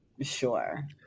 Sure